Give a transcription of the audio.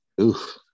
Oof